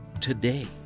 today